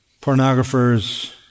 pornographers